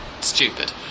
stupid